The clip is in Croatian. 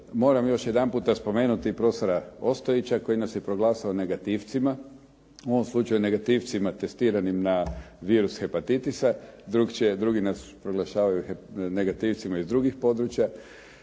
moram još jedanputa spomenuti prof. Ostojića koji nas je proglasio negativcima u ovom slučaju negativcima testiranim na virus hepatitisa. Drugi nas proglašavaju negativcima iz drugih područja,